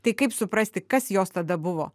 tai kaip suprasti kas jos tada buvo